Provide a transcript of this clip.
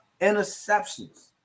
interceptions